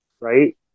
right